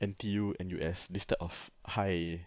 N_T_U N_U_S this type of high